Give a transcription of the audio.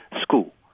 school